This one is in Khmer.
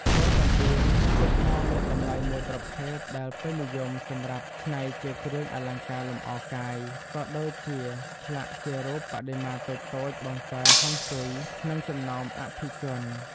ត្បូងកណ្តៀង ជាថ្មមានតម្លៃមួយប្រភេទដែលពេញនិយមសម្រាប់ច្នៃជាគ្រឿងអលង្ការលម្អកាយ ក៏ដូចជាឆ្លាក់ជារូបបដិមាតូចៗបង្កើនហុងស៊ុយក្នុងចំណោមអភិជន។